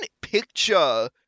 picture